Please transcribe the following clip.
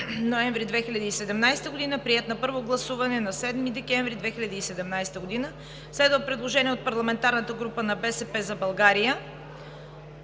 ноември 2017 г., приет на първо гласуване на 7 декември 2017 г. 3. Следва предложение от парламентарната група на „БСП за България“